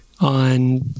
on